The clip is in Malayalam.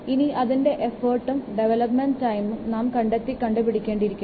ഇനി അതിൻറെ എഫോർട്ടും ഡെവലപ്മെൻറ് ടൈമും നാം കണ്ടെത്തി കണ്ടുപിടിക്കേണ്ടിയിരിക്കുന്നു